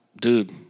Dude